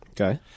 Okay